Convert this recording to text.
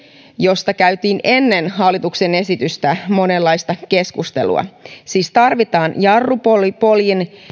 josta käytiin ennen hallituksen esitystä monenlaista keskustelua siis tarvitaan jarrupoljin